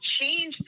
change